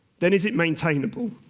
then is it maintainable?